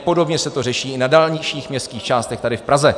Podobně se to řeší i na dalších městských částech tady v Praze.